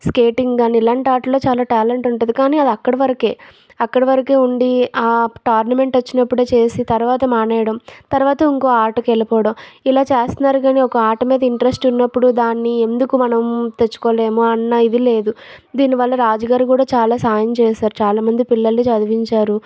skating కానీ ఇలాంటి ఆటల్లో చాలా ట్యాలెంట్ ఉంటుంది కానీ అది అక్కడి వరకే అక్కడి వరకే ఉండి ఆ టోర్నమెంట్ వచ్చినప్పుడు చేసి తర్వాత మానేయడం తర్వాత ఇంకో ఆటకు వెళ్ళిపోవడం ఇలా చేస్తున్నారు కానీ ఒక ఆట మీద ఇంట్రెస్ట్ ఉన్నప్పుడు దాన్ని ఎందుకు మనం తెచ్చుకోలేము అన్న ఇది లేదు దీనివల్ల రాజుగారు కూడా చాలా సాయం చేశారు చాలామంది పిల్లల్ని చదివించారు